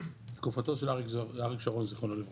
בתקופתו של אריק שרון ז"ל.